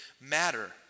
matter